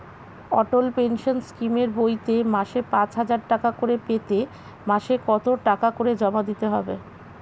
অটল pension স্কিমের বইতে মাসে পাঁচ হাজার টাকা করে পেতে মাসে কত টাকা করে জমা দিতে হবে?